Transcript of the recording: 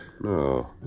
No